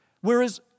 Whereas